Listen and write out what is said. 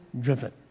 driven